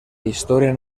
historia